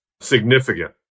significant